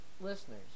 listeners